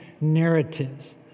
Narratives